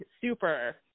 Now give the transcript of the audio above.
super